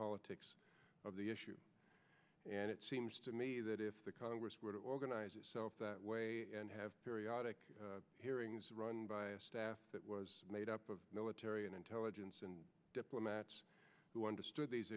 politics of the issue and it seems to me that if the congress were to organize itself that way and have periodic hearings run by a staff that was made up of military and intelligence and diplomats who understood these